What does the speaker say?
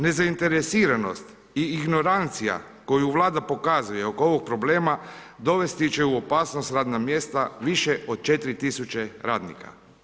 Nezainteresiranost i ignorancija koju vlada pokazuje oko ovog problema dovesti će u opasnost radna mjesta više od 4000 radnika.